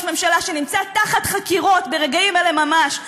ממשלה שנמצא תחת חקירות ברגעים אלה ממש,